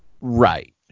Right